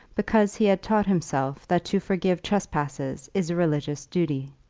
because he had taught himself that to forgive trespasses is a religious duty?